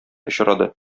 очрады